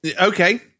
Okay